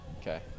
Okay